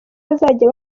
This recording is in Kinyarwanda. bazajya